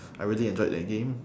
I really enjoyed that game